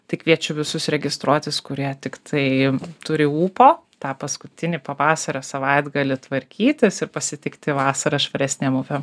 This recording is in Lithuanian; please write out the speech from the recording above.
tai kviečiu visus registruotis kurie tik tai turi ūpo tą paskutinį pavasario savaitgalį tvarkytis ir pasitikti vasarą švaresniam upe